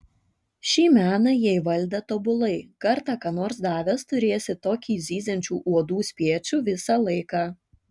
šį meną jie įvaldę tobulai kartą ką nors davęs turėsi tokį zyziančių uodų spiečių visą laiką